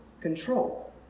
control